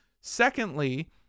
secondly